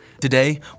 Today